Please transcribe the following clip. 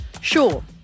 Sure